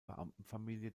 beamtenfamilie